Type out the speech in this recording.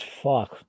fuck